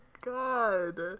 god